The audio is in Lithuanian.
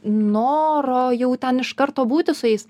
noro jau ten iš karto būti su jais